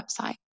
website